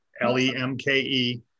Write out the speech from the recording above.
L-E-M-K-E